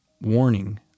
warning